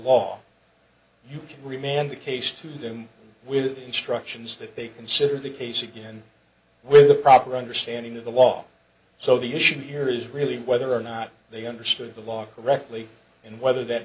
law you can remain on the case to them with instructions that they consider the case again with the proper understanding of the law so the issue here is really whether or not they understood the law correctly and whether that